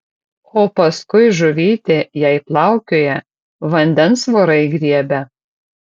o paskui žuvytė jei plaukioja vandens vorai griebia